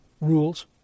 rules